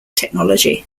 technology